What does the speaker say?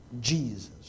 Jesus